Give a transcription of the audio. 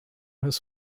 his